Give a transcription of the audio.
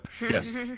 Yes